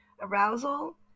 Arousal